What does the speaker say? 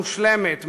מושלמת,